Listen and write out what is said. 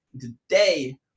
Today